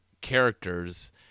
characters